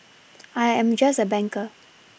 I am just a banker